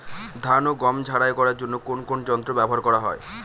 ধান ও গম ঝারাই করার জন্য কোন কোন যন্ত্র ব্যাবহার করা হয়?